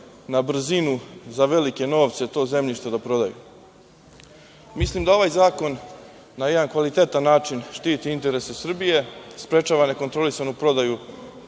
na brzinu, za velike novce to zemljište da prodaju. Mislim da ovaj zakon na jedan kvalitetan način štiti interese Srbije, sprečava nekontrolisanu prodaju